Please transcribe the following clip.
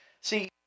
See